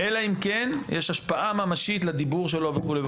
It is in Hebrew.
אלא אם כן יש השפעה ממשית לדיבור שלו וכו'.